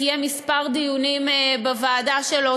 קיים כמה דיונים בוועדה שלו,